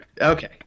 okay